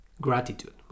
gratitude